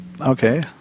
okay